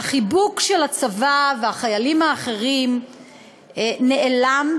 והחיבוק של הצבא והחיילים האחרים נעלם.